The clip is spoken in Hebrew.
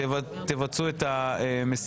מירב, דבר ראשון שאני אומר זה שהיום לא היו